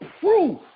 proof